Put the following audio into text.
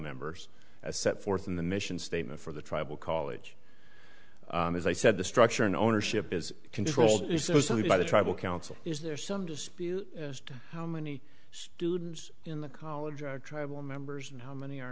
members as set forth in the mission statement for the tribal college as i said the structure and ownership is controlled by the tribal council is there some dispute as to how many students in the college or tribal members and how many are